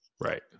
Right